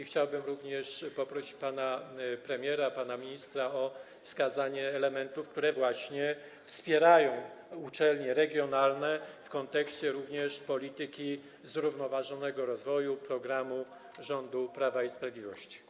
Chciałbym poprosić pana premiera, pana ministra o wskazanie elementów, które wspierają uczelnie regionalne w kontekście również polityki zrównoważonego rozwoju, programu rządu Prawa i Sprawiedliwości.